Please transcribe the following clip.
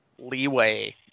leeway